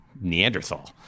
Neanderthal